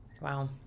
Wow